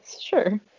sure